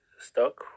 stock